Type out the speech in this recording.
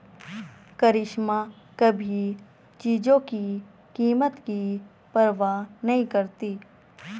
करिश्मा कभी चीजों की कीमत की परवाह नहीं करती